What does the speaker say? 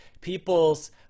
people's